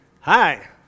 Hi